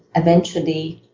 eventually,